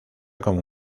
como